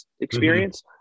experience